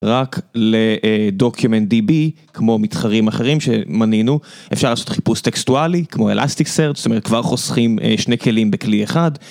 רק לדוקימנט DB, כמו מתחרים אחרים שמנינו, אפשר לעשות חיפוש טקסטואלי, כמו Elasticsearch, זאת אומרת כבר חוסכים שני כלים בכלי אחד.